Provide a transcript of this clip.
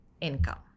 income